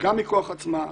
גם מכוח עצמה,